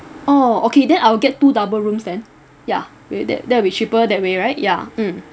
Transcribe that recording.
oh okay then I'll get two double rooms then ya way that that'll be cheaper that way right ya mm